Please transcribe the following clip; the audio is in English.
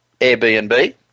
Airbnb